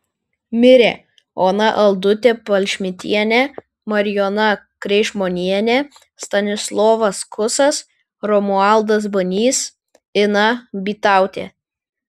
mirė ona aldutė palšmitienė marijona kreišmonienė stanislovas kusas romualdas banys ina bytautė